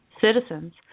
citizens